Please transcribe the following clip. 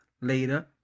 later